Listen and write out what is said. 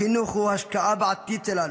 החינוך הוא השקעה בעתיד שלנו.